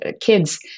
kids